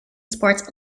sports